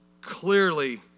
clearly